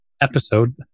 episode